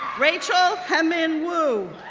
rachel hyemin woo,